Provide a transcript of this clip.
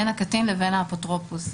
בין הקטין לבין האפוטרופוס.